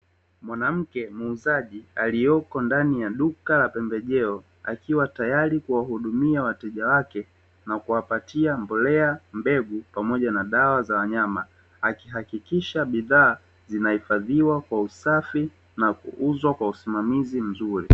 Mwanamke muuzaji aliyeko ndani ya duka la pembejeo, akiwa tayari kuwahudumia wateja wake na kuwapatia mbolea, mbegu pamoja na dawa za wanyama, akihakikisha bidhaa zinahifadhiwa kwa usafi na kuuzwa kwa usimamizi mzuri.